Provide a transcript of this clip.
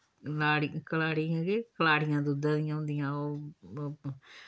नाड़ी कलाड़ियां केह् कलाड़ियां दुद्धां दियां होंदियां ओह् ओह्